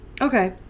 Okay